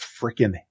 freaking